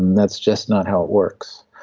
that's just not how it works,